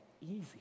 easy